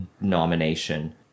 nomination